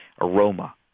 aroma